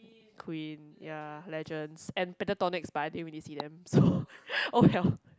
Queen ya legends and Pentatonix but I didn't really see them so oh well